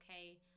okay